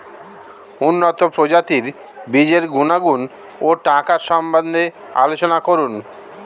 উন্নত প্রজাতির বীজের গুণাগুণ ও টাকার সম্বন্ধে আলোচনা করুন